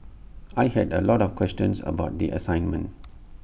I had A lot of questions about the assignment